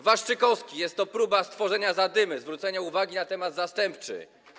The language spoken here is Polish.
Waszczykowski: jest to próba stworzenia zadymy, zwrócenia uwagi na temat zastępczy.